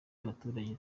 y’abaturage